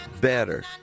better